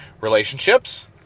Relationships